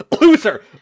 Loser